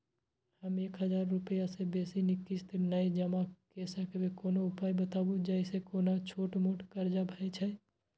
हम एक हजार रूपया से बेसी किस्त नय जमा के सकबे कोनो उपाय बताबु जै से कोनो छोट मोट कर्जा भे जै?